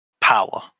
power